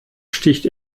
sticht